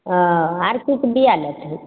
ओ आर किछुके बिआ लेथिन